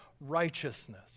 righteousness